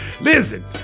Listen